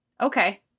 okay